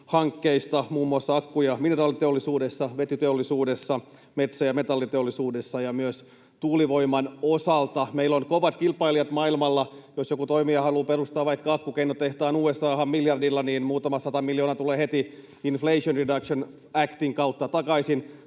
investointihankkeista muun muassa akku- ja mineraaliteollisuudessa, vetyteollisuudessa, metsä- ja metalliteollisuudessa, ja myös tuulivoiman osalta meillä on kovat kilpailijat maailmalla. Jos joku toimija haluaa perustaa vaikka akkukennotehtaan USA:han miljardilla, niin muutama sata miljoonaa tulee heti Inflation Reduction Actin kautta takaisin.